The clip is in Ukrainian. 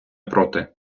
проти